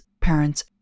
parents